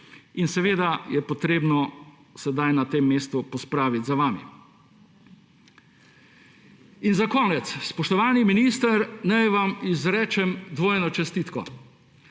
In seveda je potrebno sedaj na tem mestu pospraviti za vami. Za konec. Spoštovani minister, naj vam izrečem dvojno čestitko.